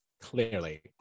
Clearly